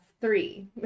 three